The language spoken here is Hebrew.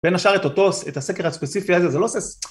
בין השאר את אותו את הסקר הספציפי הזה, זה לא עושה...